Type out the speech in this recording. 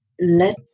let